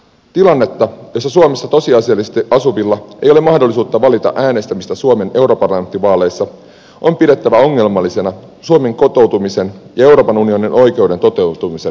tilannetta jossa suomessa tosiasiallisesti asuvilla ei ole mahdollisuutta valita äänestämistä suomen europarlamenttivaaleissa on pidettävä ongelmallisena suomeen kotiutumisen ja euroopan unionin oikeuden toteutumisen näkökulmasta